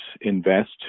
invest